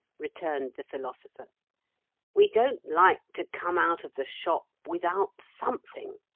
returned the philosopher we don't like to come out of the shop without something.